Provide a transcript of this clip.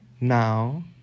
now